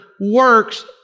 works